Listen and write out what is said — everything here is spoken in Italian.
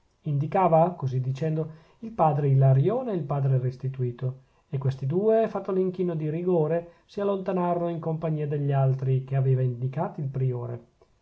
indicava così dicendo il padre ilarione e il padre restituto e questi due fatto l'inchino di rigore si allontanarono in compagnia degli altri che aveva indicati il priore